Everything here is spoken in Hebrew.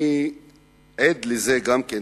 אני עד לזה גם כן,